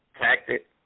tactic